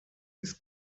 ist